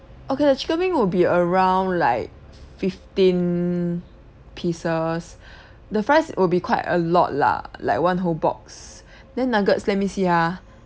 okay the chicken wing will be around like fifteen pieces the fries will be quite a lot lah like one whole box then nuggets let me see ah